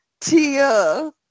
Tia